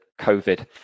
COVID